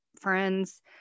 friends